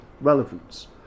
relevance